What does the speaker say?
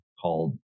called